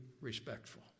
respectful